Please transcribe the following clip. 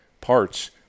parts